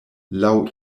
laŭ